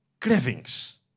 cravings